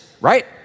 right